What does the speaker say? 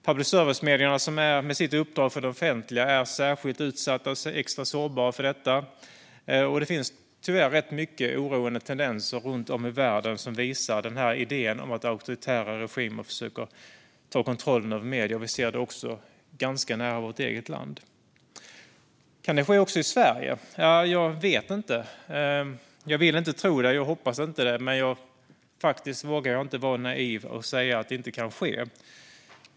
Public service-medierna med sitt uppdrag för det offentliga är särskilt utsatta och extra sårbara för detta, och det finns tyvärr rätt mycket oroande tendenser runt om i världen som visar på den idé som auktoritära regimer har om att försöka ta kontroll över medierna. Vi ser det också ganska nära vårt eget land. Kan det ske även i Sverige? Jag vet inte. Jag vill inte tro det och hoppas att det inte är så, men jag vågar faktiskt inte vara naiv och säga att det inte kan ske.